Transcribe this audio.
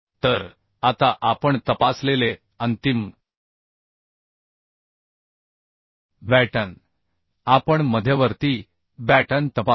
तर आता आपण तपासलेले अंतिम बॅटन आपण मध्यवर्ती बॅटन तपासू